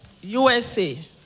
USA